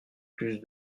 plus